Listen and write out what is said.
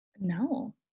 No